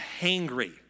hangry